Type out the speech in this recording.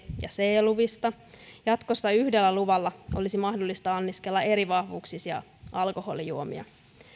ja c luvista jatkossa yhdellä luvalla olisi mahdollista anniskella eri vahvuuksisia alkoholijuomia